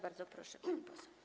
Bardzo proszę, pani poseł.